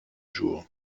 jour